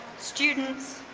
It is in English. students,